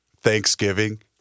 Thanksgiving